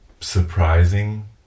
surprising